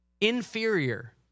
inferior